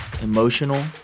emotional